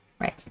right